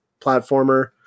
platformer